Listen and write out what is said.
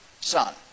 son